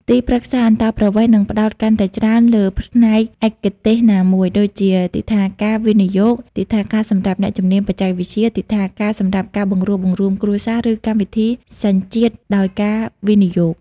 ទីប្រឹក្សាអន្តោប្រវេសន៍នឹងផ្តោតកាន់តែច្រើនលើផ្នែកឯកទេសណាមួយ ដូចជាទិដ្ឋាការវិនិយោគ ទិដ្ឋាការសម្រាប់អ្នកជំនាញបច្ចេកវិទ្យា ទិដ្ឋាការសម្រាប់ការបង្រួបបង្រួមគ្រួសារ ឬកម្មវិធីសញ្ជាតិដោយការវិនិយោគ។